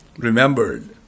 remembered